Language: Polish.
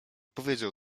powiedział